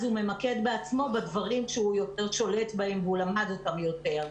הוא ממקד בעצמו בדברים שהוא יותר שולט בהם והוא למד אותם יותר.